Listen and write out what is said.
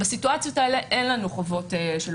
בסיטואציות האלה אין לנו חובות שלא משולמים.